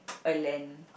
a land